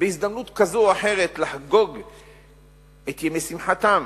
בהזדמנות כזאת או אחרת לחגוג את ימי שמחתם,